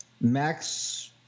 Max